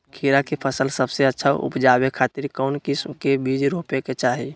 खीरा के फसल सबसे अच्छा उबजावे खातिर कौन किस्म के बीज रोपे के चाही?